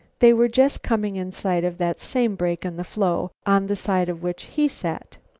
they were just coming in sight of that same break in the floe, on the side of which he sat.